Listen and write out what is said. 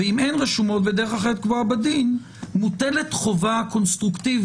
ואם אין רשומות או דרך אחרת הקבועה בדין מוטלת חובה קונסטרוקטיבית